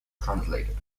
translated